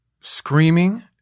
screaming